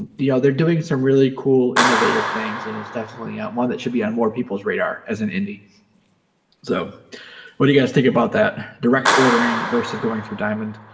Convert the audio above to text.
you, know they're doing some really cool innovative things and it's definitely at one that should be on more people's radar as an indie so what do you guys think about that direct ordering versus going through diamond